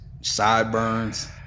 sideburns